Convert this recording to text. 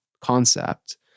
concept